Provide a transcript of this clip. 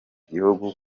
gihugu